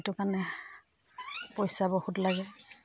সেইটো কাৰণে পইচা বহুত লাগে